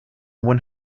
one